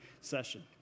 session